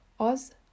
Az